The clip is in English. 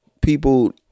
people